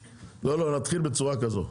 נתחיל בצורה כזו.